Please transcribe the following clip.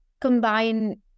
combine